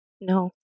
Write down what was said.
No